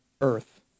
earth